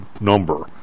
number